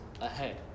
ahead